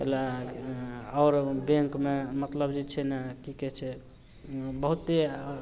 आओर बैँकमे मतलब जे छै ने कि कहै छै बहुते